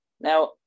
Now